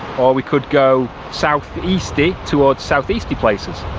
or we could go south easty towards south easty places.